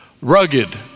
rugged